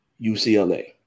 UCLA